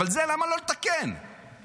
אבל למה לא לתקן את זה?